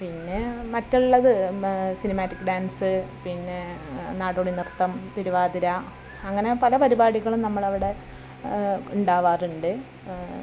പിന്നെ മറ്റുള്ളത് cinematic dance പിന്നെ നാടോടി നൃത്തം തിരുവാതിര അങ്ങനെ പല പരിപാടികളും നമ്മളെ അവിടെ ഉണ്ടാവാറുണ്ട്